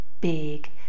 big